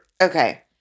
Okay